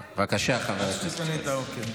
בבקשה, חבר הכנסת שקלים.